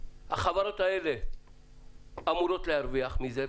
החברות האלה אמורות להרוויח מזה,